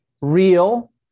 real